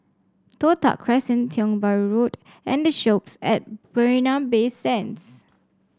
Toh Tuck Crescent Tiong Bahru Road and The Shoppes at Marina Bay Sands